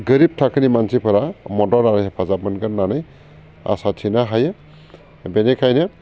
गोरिब थाखोनि मानसिफोरा मदद आरो हेफाजाब मोनगोन होननानै आसा थिनो हायो बेनिखायनो